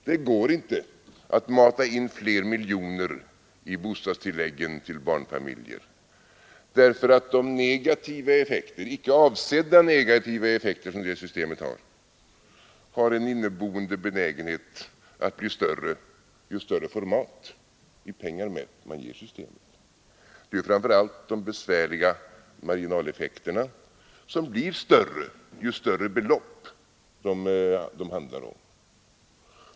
Det går inte att mata in fler miljoner i bostadstilläggen till barnfamiljer därför att det systemets icke avsedda negativa effekter har en benägenhet att bli större ju större format i pengar mätt man ger systemet. Det är framför allt de besvärliga marginaleffekterna som blir större ju större belopp det handlar om.